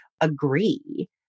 agree